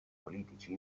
politici